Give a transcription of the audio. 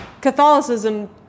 Catholicism